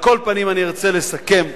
על כל פנים, אני ארצה לסכם.